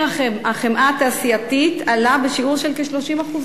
החמאה התעשייתית עלה בשיעור של כ-30%.